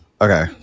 Okay